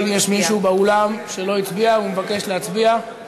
האם יש מישהו באולם שלא הצביע ומבקש להצביע?